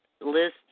list